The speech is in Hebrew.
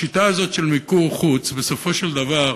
השיטה הזאת של מיקור חוץ, בסופו של דבר,